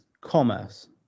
commerce